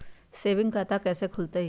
Saving खाता कैसे खुलतई?